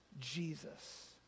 Jesus